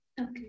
Okay